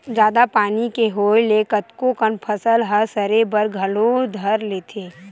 जादा पानी के होय ले कतको कन फसल ह सरे बर घलो धर लेथे